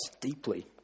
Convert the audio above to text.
deeply